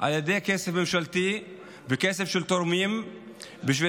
על ידי כסף ממשלתי וכסף של תורמים בשביל